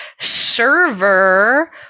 server